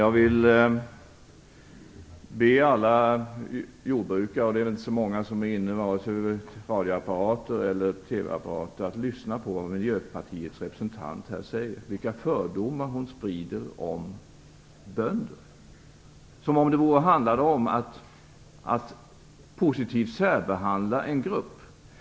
Jag vill be alla jordbrukare - det är väl inte så många som sitter inne i dag vid radioapparater eller TV-apparater - att lyssna på vad Miljöpartiets representant säger och på vilka fördomar hon sprider om bönder, som om det handlade om att positivt särbehandla en grupp.